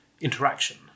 interaction